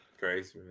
Crazy